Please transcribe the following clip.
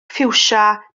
ffiwsia